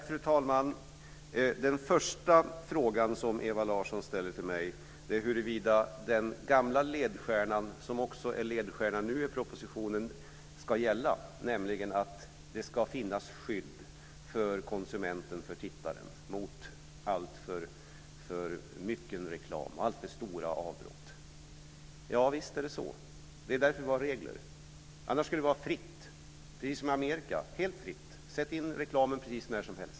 Fru talman! Den första frågan Ewa Larsson ställde till mig gällde huruvida den gamla ledstjärnan, som också nu är ledstjärna i propositionen, ska gälla, nämligen att det ska finnas skydd för konsumenten, tittaren, mot alltför mycken reklam och alltför stora avbrott. Ja, visst är det så. Det är därför vi har regler. Annars skulle det vara fritt, precis som i Amerika. Där sätts reklamen in precis när som helst.